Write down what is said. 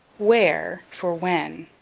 where for when.